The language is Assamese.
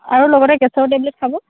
আৰু লগতে গেছৰ টেবলেট খাব